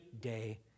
day